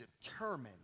determined